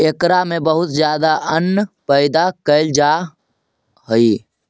एकरा में बहुत ज्यादा अन्न पैदा कैल जा हइ